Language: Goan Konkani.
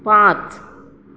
पांच